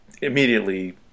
immediately